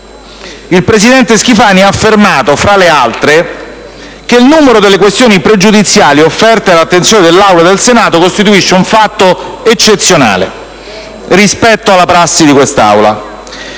il presidente Schifani ha affermato, fra l'altro, che il numero delle questioni pregiudiziali offerte all'attenzione dell'Aula del Senato costituisce un fatto eccezionale rispetto alla prassi di quest'Aula.